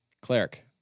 cleric